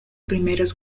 primeros